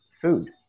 food